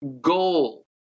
goal